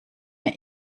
mir